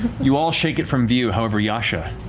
you all shake it from view. however, yasha,